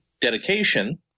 dedication